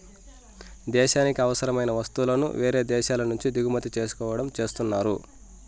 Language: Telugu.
దేశానికి అవసరమైన వస్తువులను వేరే దేశాల నుంచి దిగుమతి చేసుకోవడం చేస్తున్నారు